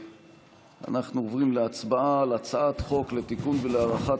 אנחנו עוברים להצבעה על הצעת חוק לתיקון ולקיום